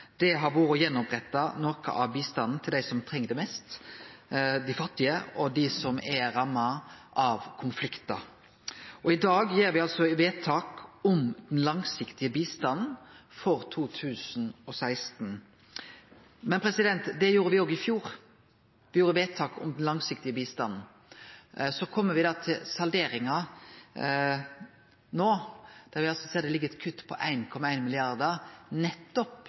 budsjettet har vore å rette opp att noko av bistanden til dei som treng det mest – dei fattige og dei som er ramma av konfliktar. I dag gjer me vedtak om den langsiktige bistanden for 2016, men det gjorde me òg i fjor – me gjorde vedtak om den langsiktige bistanden. Så kjem me til salderinga no, der me ser at det ligg eit kutt på 1,1 mrd. kr nettopp